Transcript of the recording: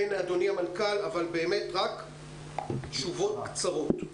אדוני המנכ"ל, בבקשה תשובות קצרות.